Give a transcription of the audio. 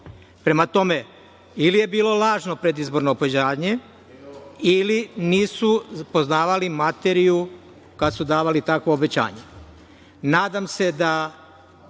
Prema tome, ili je bilo lažno predizborno obećanje, ili nisu poznavali materiju kada su davali takvo obećanje. Nadam